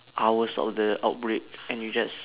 hours of the outbreak and you just